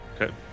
Okay